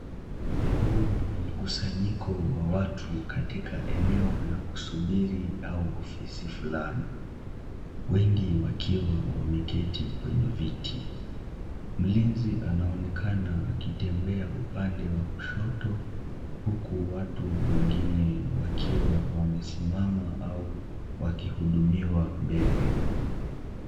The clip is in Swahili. Huu ni mkusanyiko wa watu katika eneo la kusubiri au ofisi fulani, wengi wakiwa wameketi kwenye viti. Mlinzi anaonekana akitembea upande wa kushoto, huku watu wengine wakiwa wamesimama au wakihudumiwa mbele.